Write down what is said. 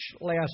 last